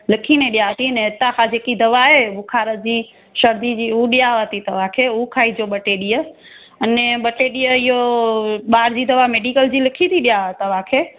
लिखी ने ॾियां थी अने इतां खां जेकी दवा आहे बुख़ारु जी शर्दी जी उहा ॾियांव थी तव्हांखे उहा खाइजो ॿ टे ॾींहं अने ॿ टे ॾींहं इहो ॿाहिरि जी दवा मेडिकल जी लिखी थी ॾियां तव्हांखे